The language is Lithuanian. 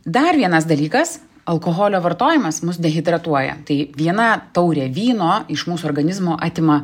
dar vienas dalykas alkoholio vartojimas mus dehidratuoja tai viena taurė vyno iš mūsų organizmo atima